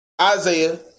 Isaiah